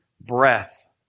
breath